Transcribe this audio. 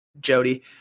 Jody